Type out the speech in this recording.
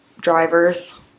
drivers